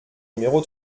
numéro